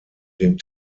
den